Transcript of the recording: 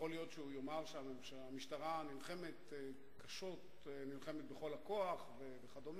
ויכול להיות שהוא יאמר שם שהמשטרה נלחמת קשות ונלחמת בכל הכוח וכדומה,